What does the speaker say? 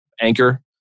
anchor